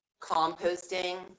composting